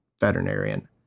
veterinarian